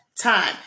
time